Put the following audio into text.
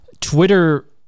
Twitter